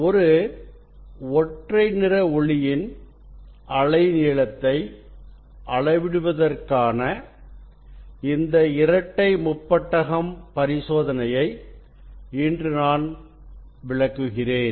ஒரு ஒற்றை நிற ஒளியின் அலைநீளத்தை அளவிடுவதற்கான இந்த இரட்டை முப்பட்டகம் பரிசோதனையை இன்று நான் விளக்குகிறேன்